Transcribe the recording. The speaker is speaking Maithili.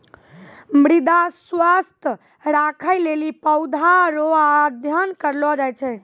मृदा स्वास्थ्य राखै लेली पौधा रो अध्ययन करलो जाय छै